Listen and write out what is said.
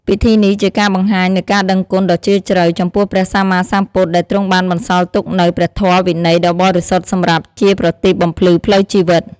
ពិធីនេះជាការបង្ហាញនូវការដឹងគុណដ៏ជ្រាលជ្រៅចំពោះព្រះសម្មាសម្ពុទ្ធ ដែលទ្រង់បានបន្សល់ទុកនូវព្រះធម៌វិន័យដ៏បរិសុទ្ធសម្រាប់ជាប្រទីបបំភ្លឺផ្លូវជីវិត។